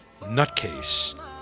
nutcase